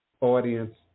audience